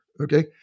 okay